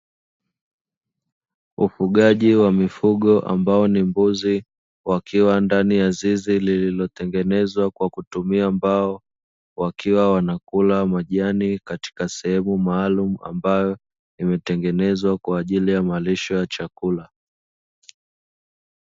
Ufugaji wa mifugo ambao ni mbuzi wakiwa ndani ya zizi lililotengenezwa kwa kutumia mbao. Wakiwa wanakula majani katika sehemu maalumu ambayo imetengenezwa kwa ajili ya malisho ya chakula.